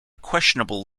questionable